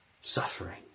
suffering